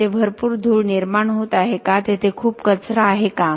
तेथे भरपूर धूळ निर्माण होत आहे का तेथे खूप कचरा आहे का